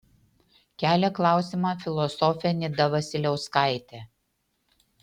kelia klausimą filosofė nida vasiliauskaitė